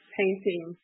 painting